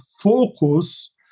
focus